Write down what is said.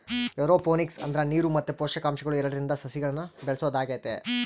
aeroponics ಅಂದ್ರ ನೀರು ಮತ್ತೆ ಪೋಷಕಾಂಶಗಳು ಎರಡ್ರಿಂದ ಸಸಿಗಳ್ನ ಬೆಳೆಸೊದಾಗೆತೆ